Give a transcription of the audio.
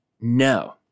No